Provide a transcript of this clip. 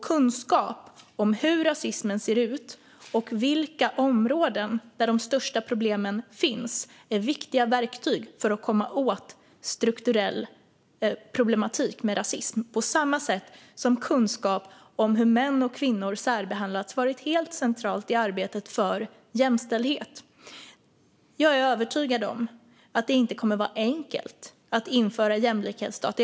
Kunskap om hur rasismen ser ut och på vilka områden de största problemen finns är viktiga verktyg för att komma åt strukturell problematik med rasism på samma sätt som kunskap om hur män och kvinnor särbehandlats varit helt centralt i arbetet för jämställdhet. Jag är övertygad om att det inte kommer att vara enkelt att införa jämlikhetsdata.